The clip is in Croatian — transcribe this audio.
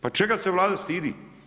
Pa čega se Vlada stidi?